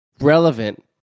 relevant